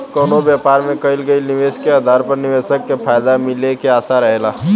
कवनो व्यापार में कईल गईल निवेश के आधार पर निवेशक के फायदा मिले के आशा रहेला